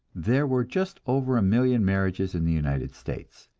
there were just over a million marriages in the united states,